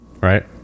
Right